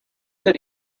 that